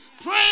Pray